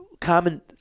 common